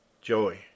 Joey